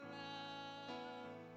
love